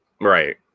right